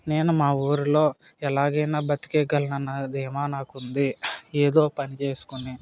నేను మా ఊరిలో ఎలాగైనా బ్రతికేయగలనన్న ధీమా నాకుంది ఏదో పని చేసుకుని